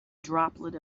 droplet